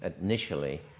initially